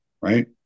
right